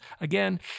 Again